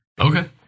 Okay